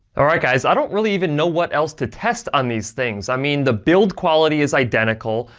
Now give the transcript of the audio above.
all right guys. i don't really even know what else to test on these things. i mean, the build quality is identical,